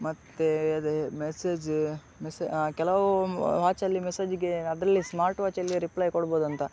ಮತ್ತೆ ಅದೆ ಮೆಸೇಜ್ ಮೆಸ್ ಕೆಲವು ವಾಚಲ್ಲಿ ಮೆಸೇಜಿಗೆ ಅದರಲ್ಲಿ ಸ್ಮಾರ್ಟ್ ವಾಚಲ್ಲಿ ರಿಪ್ಲೈ ಕೊಡ್ಬೋದಂತ